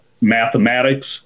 mathematics